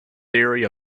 theory